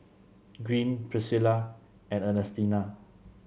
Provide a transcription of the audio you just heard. Greene Priscilla and Ernestina